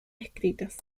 escritas